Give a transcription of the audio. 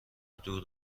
دور